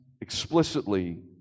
explicitly